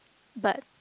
but